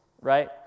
right